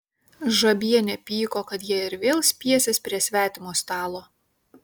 žabienė pyko kad jie ir vėl spiesis prie svetimo stalo